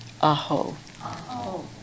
Aho